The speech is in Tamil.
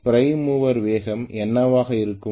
பிரைம் மூவர் வேகம் என்னவாக இருக்கும்